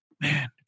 man